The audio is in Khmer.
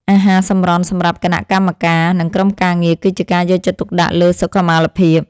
អាហារសម្រន់សម្រាប់គណៈកម្មការ និង ក្រុមការងារគឺជាការយកចិត្តទុកដាក់លើសុខុមាលភាព។